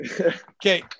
Okay